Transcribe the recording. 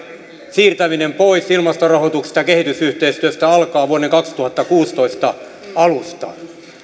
siirtäminen pois ilmastorahoituksesta ja kehitysyhteistyöstä alkaa vuoden kaksituhattakuusitoista alusta